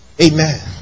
Amen